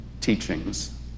teachings